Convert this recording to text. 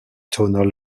tonal